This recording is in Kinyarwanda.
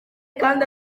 kandi